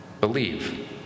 Believe